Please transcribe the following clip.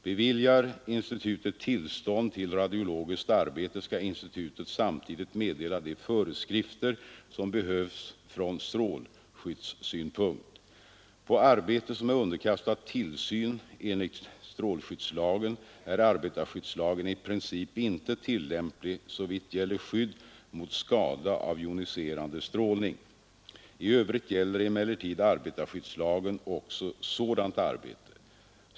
Beviljar institutet tillstånd till radiologiskt arbete skall institutet samtidigt meddela de föreskrifter som behövs från strålskyddssynpunkt. På arbete som är underkastat tillsyn enligt strålskyddslagen är arbetarskyddslagen i princip inte tillämplig såvitt gäller skydd mot skada av joniserande strålning. I Övrigt gäller emellertid arbetarskyddslagen också sådant arbete.